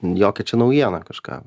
jokia čia naujiena kažką